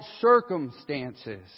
circumstances